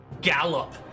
gallop